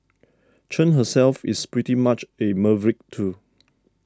Chen herself is pretty much a maverick too